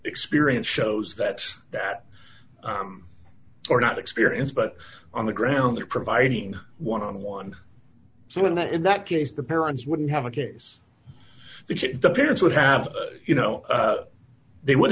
experience shows that that are not experience but on the ground they're providing one on one so in that in that case the parents wouldn't have a case the parents would have you know they would